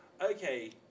Okay